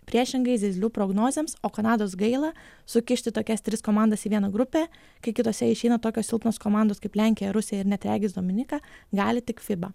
priešingai zyzlių prognozėms o kanados gaila sukišti tokias tris komandas į vieną grupę kai kitose išeina tokios silpnos komandos kaip lenkija rusija ir net regis dominika gali tik fiba